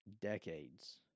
decades